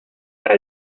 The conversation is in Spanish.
para